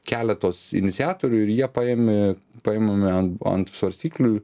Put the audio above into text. keletos iniciatorių ir jie paėmė paimame ant svarstyklių